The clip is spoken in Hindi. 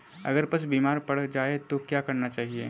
अगर पशु बीमार पड़ जाय तो क्या करना चाहिए?